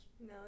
No